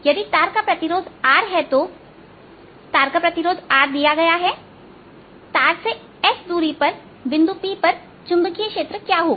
यदि तार का प्रतिरोध R है तो तार का प्रतिरोध R दिया गया है तार से S दूरी पर बिंदु P पर चुंबकीय क्षेत्र क्या होगा